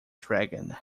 dragon